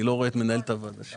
מנהלת הוועדה המסדרת?